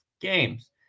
games